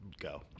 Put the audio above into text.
go